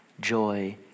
joy